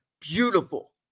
beautiful